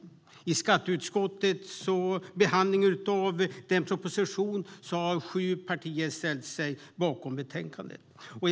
När det gäller skatteutskottets behandling av den propositionen har sju partier ställt sig bakom förslaget i betänkandet.